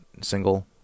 single